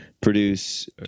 produce